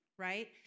right